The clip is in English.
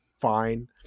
fine